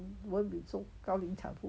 won't be so 高龄产妇